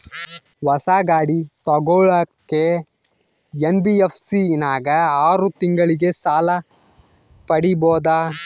ಹೊಸ ಗಾಡಿ ತೋಗೊಳಕ್ಕೆ ಎನ್.ಬಿ.ಎಫ್.ಸಿ ನಾಗ ಆರು ತಿಂಗಳಿಗೆ ಸಾಲ ಪಡೇಬೋದ?